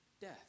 death